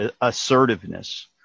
assertiveness